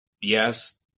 yes